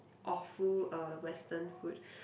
awful uh Western food